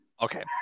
Okay